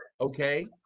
Okay